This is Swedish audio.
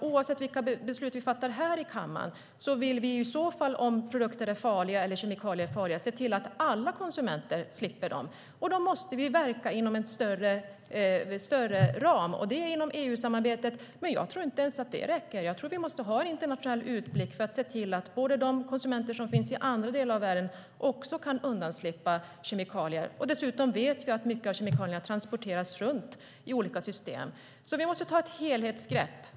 Oavsett vilka beslut vi fattar här i kammaren vill vi att alla konsumenter ska slippa farliga kemikalier. Därför måste vi verka inom en större ram, nämligen genom EU-samarbetet. Jag tror inte att ens det räcker. Jag tror att vi måste ha en internationell utblick för att se till att också konsumenter i andra delar av världen kan slippa kemikalier. Vi vet att mycket kemikalier transporteras runt i olika system. Vi måste ta ett helhetsgrepp.